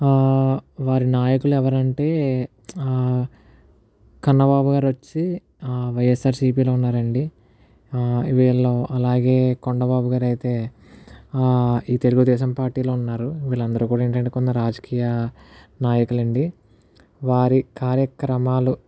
వారి నాయకులు ఎవరంటే కన్నబాబు గారొచ్చేసి ఆ వైయస్ఆర్సీపీలో ఉన్నారండి అలాగే కొండబాబుగారైతే ఈ తెలుగుదేశం ఈ పార్టీలో ఉన్నారు వీళ్ళందరూ కూడా ఏంటంటే కొందరు రాజకీయ నాయకులండి వారి కార్యక్రమాలు